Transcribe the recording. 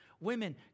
Women